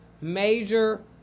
major